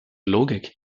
logik